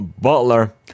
Butler